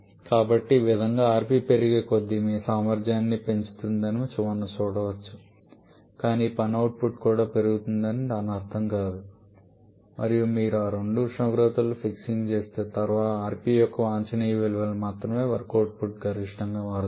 కాబట్టి ఈ విధంగా rp పెరిగేకొద్దీ మీ సామర్థ్యాన్ని పెంచుతుందని మనం చూడవచ్చు కాని పని అవుట్పుట్ కూడా పెరుగుతుందని దాని అర్ధం కాదు మరియు మీరు ఆ రెండు ఉష్ణోగ్రతలను ఫిక్సింగ్ చేసిన తర్వాత rp యొక్క వాంఛనీయ విలువకు మాత్రమే వర్క్ అవుట్పుట్ గరిష్టంగా మారుతుంది